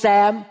Sam